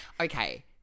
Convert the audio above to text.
Okay